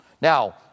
Now